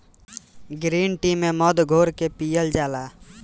green tea में मध घोर के पियल जाला